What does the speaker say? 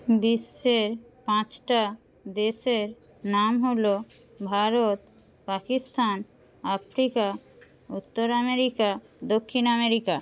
বিশ্বের পাঁচটা দেশের নাম হল ভারত পাকিস্তান আফ্রিকা উত্তর আমেরিকা দক্ষিণ আমেরিকা